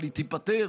אבל היא תיפתר